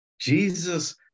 Jesus